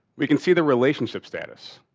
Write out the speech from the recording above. we can see the relationship status.